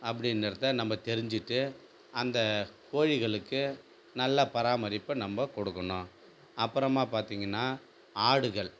அப்படிங்கிறத நம்ம தெரிஞ்சிட்டு அந்த கோழிகளுக்கு நல்ல பராமரிப்ப நம்ம கொடுக்கணும் அப்புறமா பார்த்தீங்கன்னா ஆடுகள்